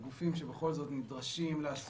גופים שבכל זאת נדרשים לעשות.